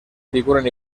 figuren